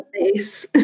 face